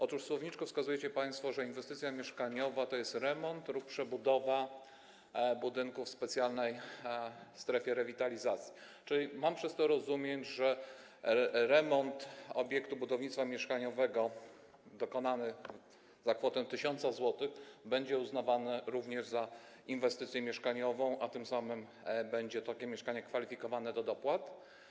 Otóż w słowniczku wskazujecie państwo, że inwestycja mieszkaniowa to jest remont lub przebudowa budynków w specjalnej strefie rewitalizacji, czyli mam przez to rozumieć, że remont obiektu budownictwa mieszkaniowego dokonany za kwotę 1 tys. zł również będzie uznawany za inwestycję mieszkaniową, a tym samym takie mieszkanie będzie kwalifikowane do dopłat.